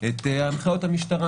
את הנחיות המשטרה.